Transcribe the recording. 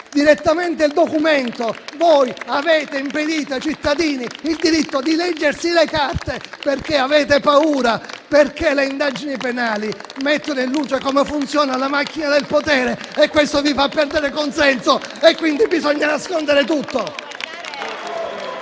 direttamente il documento. Voi avete impedito ai cittadini il diritto di leggersi le carte perché avete paura, perché le indagini penali mettono in luce come funziona la macchina del potere e questo vi fa perdere consenso e quindi bisogna nascondere tutto.